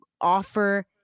offer